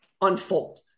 unfold